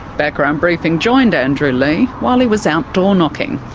background briefing joined ah andrew leigh while he was out doorknocking.